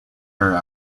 her